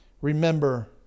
Remember